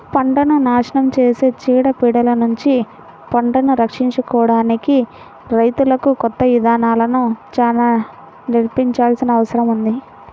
పంటను నాశనం చేసే చీడ పీడలనుంచి పంటను రక్షించుకోడానికి రైతులకు కొత్త ఇదానాలను చానా నేర్పించాల్సిన అవసరం ఉంది